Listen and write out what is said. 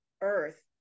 earth